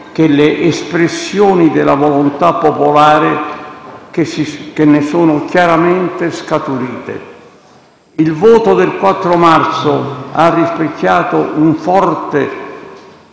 che le espressioni della volontà popolare che ne sono chiaramente scaturite. Il voto del 4 marzo ha rispecchiato un forte